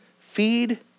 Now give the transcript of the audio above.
Feed